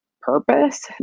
purpose